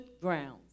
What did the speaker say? grounds